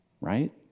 right